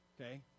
Okay